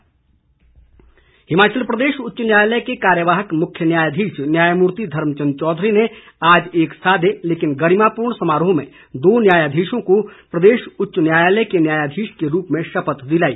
high court Himachal Pradesh उच्च न्यायालय के कार्यवाहक मुख्य न्यायाधीश न्यायमूर्ति धर्मचंद चौधरी ने आज एक सादे लेकिन गरिमापूर्ण समारोह में दो न्यायधीशों को प्रदेश उच्च न्यायालय के न्यायाधीश के रूप में शपथ दिलाई